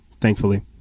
thankfully